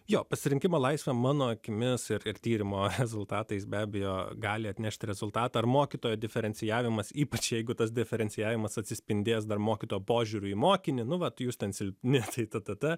jo pasirinkimo laisvė mano akimis ir tyrimo rezultatais be abejo gali atnešti rezultatą ar mokytojo diferencijavimas ypač jeigu tas diferencijavimas atsispindės dar mokyto požiūriu į mokinį nu vat jūs ten silpni tai tada